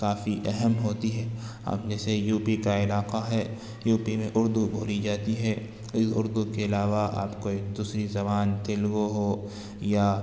کافی اہم ہوتی ہے اب جیسے یوپی کا علاقہ ہے یوپی میں اردو بولی جاتی ہے اردو کے علاوہ آپ کوئی دوسری زبان تیلگو ہو یا